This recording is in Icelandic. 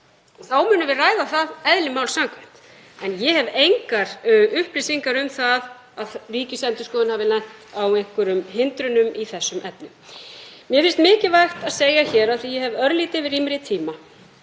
Þá munum við ræða það, eðli máls samkvæmt, en ég hef engar upplýsingar um að Ríkisendurskoðun hafi lent á einhverjum hindrunum í þeim efnum. Mér finnst mikilvægt að segja, af því að ég hef örlítið rýmri tíma,